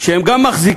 הם גם מחזיקים,